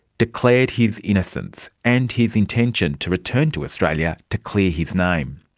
declared his innocence and his intention to return to australia to clear his name.